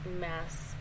mass